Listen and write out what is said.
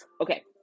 Okay